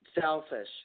selfish